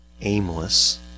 aimless